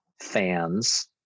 fans